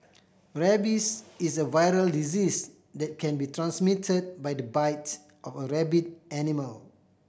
rabies is a viral disease that can be transmitted by the bite of a rabid animal